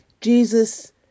Jesus